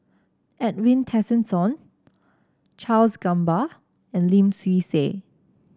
Edwin Tessensohn Charles Gamba and Lim Swee Say